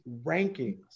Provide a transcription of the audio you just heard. rankings